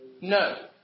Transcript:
No